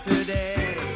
today